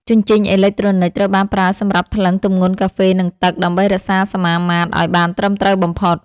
ជញ្ជីងអេឡិចត្រូនិកត្រូវបានប្រើសម្រាប់ថ្លឹងទម្ងន់កាហ្វេ និងទឹក ដើម្បីរក្សាសមាមាត្រឱ្យបានត្រឹមត្រូវបំផុត។